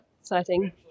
exciting